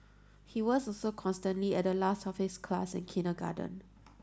he was also constantly at the last of his class in kindergarten